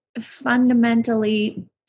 fundamentally